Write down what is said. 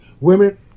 women